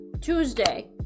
Tuesday